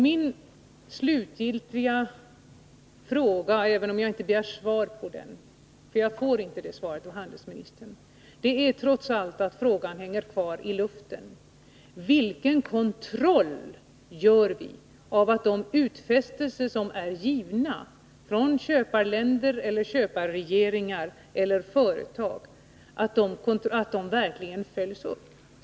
Min slutgiltiga fråga — även om jag inte begär svar på den, eftersom jag knappast kommer att få svar av handelsministern — som trots allt hänger kvar iluften är denna: Vilken kontroll gör vi av att de utfästelser som är givna från köparländer, köparregeringar eller företag verkligen följs upp?